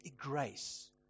grace